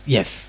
Yes